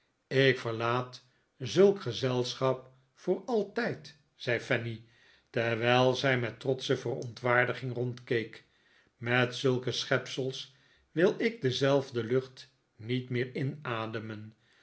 ik verlaat zulk gezelschap voor altijd zei fanny terwijl zij met trotsche verontwaardiging rondkeek met zulke schepsels wil ik dezelfde lucht niet meer inademen